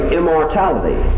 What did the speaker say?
immortality